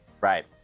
Right